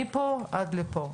מפה עד לפה.